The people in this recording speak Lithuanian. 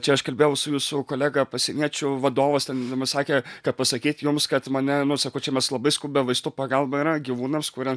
čia aš kalbėjau su jūsų kolega pasieniečių vadovas ten sakė kad pasakyt jums kad mane nu sakau čia mes labai skubią vaistų pagalba yra gyvūnams kurią